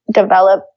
develop